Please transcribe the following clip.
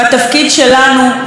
לבוא אליו בלי פחד,